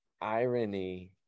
irony